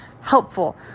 helpful